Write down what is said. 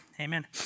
amen